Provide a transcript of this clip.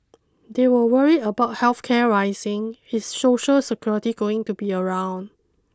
they were worried about health care rising is social security going to be around